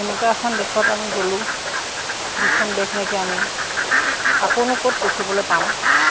এনেকুৱা এখন দেশত আমি গ'লোঁ যিখন দেশ নেকি আমি আকৌনো ক'ত দেখিবলৈ পাম